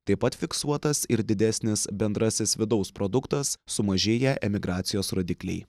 taip pat fiksuotas ir didesnis bendrasis vidaus produktas sumažėję emigracijos rodikliai